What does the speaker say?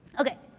okay.